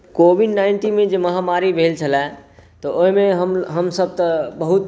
Covid नाइनटीनमे जे महामारी भेल छलै तऽ ओहिमे तऽ हमसब बहुत